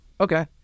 Okay